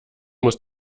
muss